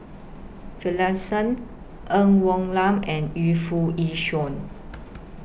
Finlayson Ng Woon Lam and Yu Foo Yee Shoon